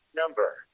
Number